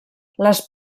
les